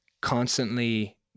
constantly